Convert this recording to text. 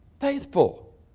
Faithful